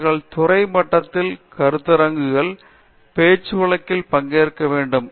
அவர்கள் துறை மட்டத்தில் கருத்தரங்குகள் பேச்சுவழக்கில் பங்கேற்க வேண்டும்